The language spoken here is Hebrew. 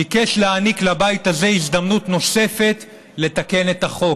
ביקש להעניק לבית הזה הזדמנות נוספת לתקן את החוק,